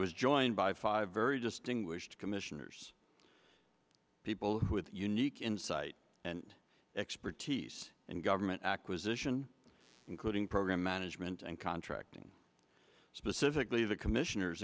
was joined by five very distinguished commissioners people who with unique insight and expertise and government acquisition including program management and contracting specifically the commissioners